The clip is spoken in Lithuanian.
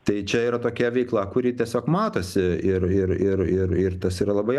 tai čia yra tokia veikla kuri tiesiog matosi ir ir ir ir ir tas yra labai